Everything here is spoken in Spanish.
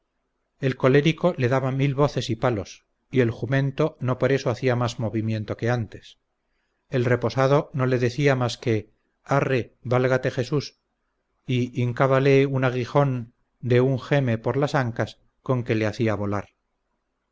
el colérico le daba mil voces y palos y el jumento no por eso hacía más movimiento que antes el reposado no le decía más que arre válgate jesús y hincábale un aguijón de un geme por las ancas con que le hacía volar